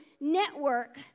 network